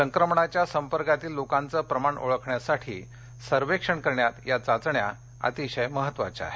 संक्रमणाच्या संपर्कात लोकांचे प्रमाण ओळखण्यासाठी सर्वेक्षण करण्यात या चाचण्या अतिशय महत्वाच्या आहेत